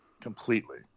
Completely